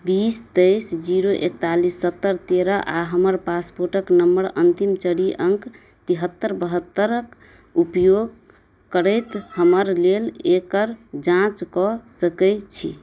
बीस तेइस जीरो एकतालिस सत्तरि तेरह आओर हमर पासपोर्टके नम्बर अन्तिम चारि अङ्क तिहत्तरि बहत्तरिके उपयोग करैत हमर लेल एकर जाँच कऽ सकै छी